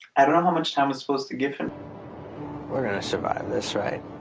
i don't know how much time is supposed to give him we're gonna survive this right?